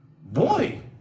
Boy